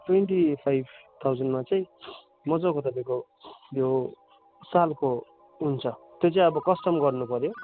twenty five थाउजन्डमा चाहिँ मजाको तपाईँको यो सालको हुन्छ त्यो चाहिँ अब कस्टम गर्नुपर्यो